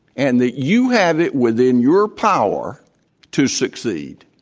and that you have it within your power to succeed.